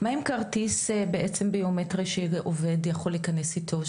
מה עם כרטיס ביומטרי בעצם שעובד שיכול להיכנס איתו,